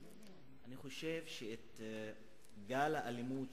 אני חושב שאת גל האלימות,